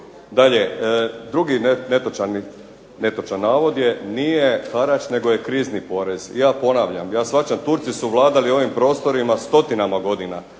Dalje, drugi netočan navod je nije harač nego je krizni porez. Ja ponavljam, ja shvaćam Turci su vladali ovim prostorima stotinama godinama,